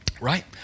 Right